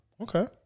Okay